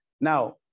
Now